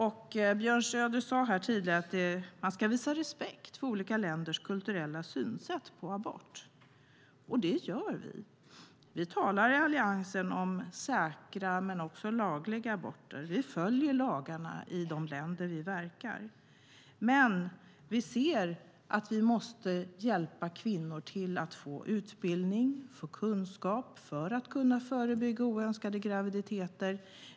Björn Söder sade tidigare att man ska visa respekt för olika länders kulturella synsätt på abort. Det gör vi. Vi talar i Alliansen om säkra och lagliga aborter. Vi följer lagarna i de länder vi verkar. Men vi anser att vi måste hjälpa kvinnor till att få utbildning och kunskap för att kunna förebygga oönskade graviditeter.